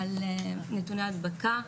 נתוני הדבקה,